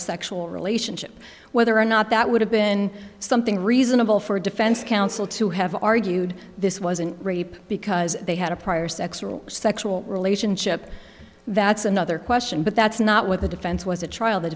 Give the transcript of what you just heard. sexual relationship whether or not that would have been something reasonable for a defense counsel to have argued this wasn't rape because they had a prior sex sexual relationship that's another question but that's not what the defense was a trial the